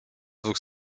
dwóch